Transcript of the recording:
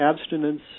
abstinence